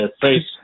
face